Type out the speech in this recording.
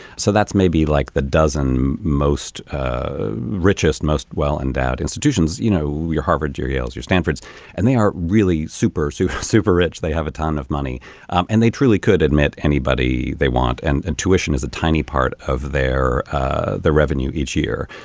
so that's maybe like the dozen most richest most well endowed institutions. you know you're harvard you're yale's you're stanford's and they are really super super super rich. they have a ton of money um and they truly could admit anybody they want and and tuition is a tiny part of their ah revenue each year.